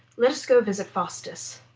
let us go visit faustus,